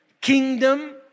kingdom